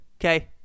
Okay